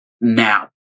Now